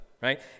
right